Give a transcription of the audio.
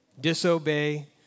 disobey